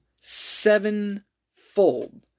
sevenfold